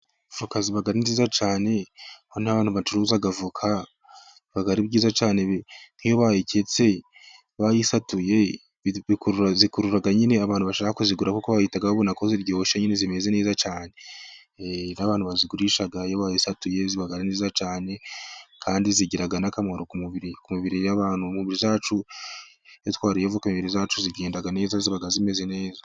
Voka ziba ari nziza cyane, noneho n'abantu bacuruza voka, biba ari byiza cyane niyo bayitse, bayisatuye, zikurura nyine abantu bashaka kuzigura, kuko bahita babona ko ziryoshe nyine zimeze neza cyane, n'abantu bazigurisha iyobazisatuye, ziba ari nziza cyane, kandi zigira n'akamaro kumubiri ku mibiri y'acu iyo twariye ivoka imibiri yacu igenda ziba zimeze neza.